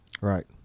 Right